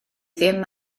ddim